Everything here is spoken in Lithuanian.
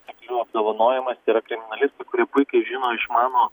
seklių apdovanojimas yra kriminalistų kurie puikiai žino išmano